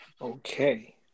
Okay